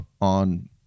on